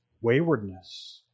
waywardness